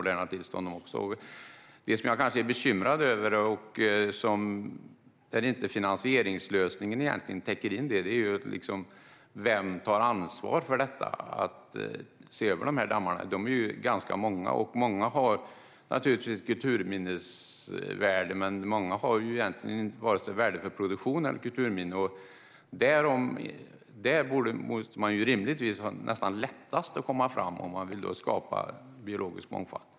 Det som jag kan vara bekymrad över, som finansieringslösningen inte täcker, är vem som tar ansvar för att se över dessa dammar. De är ganska många. Många har kulturminnesvärde, men många har egentligen varken värde för produktion eller som kulturminne. Där borde man rimligtvis nästan ha lättast att komma fram om man vill skapa biologisk mångfald.